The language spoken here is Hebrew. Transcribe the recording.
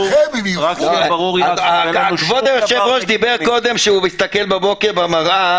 כבוד היושב-ראש אמר קודם שהוא מסתכל בבוקר במראה,